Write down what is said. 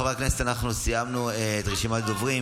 חברי הכנסת, אנחנו סיימנו את רשימת הדוברים.